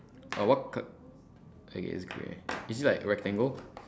uh what col~ okay it's grey is it like rectangle